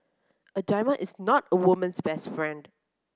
a diamond is not a woman's best friend